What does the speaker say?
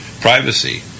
privacy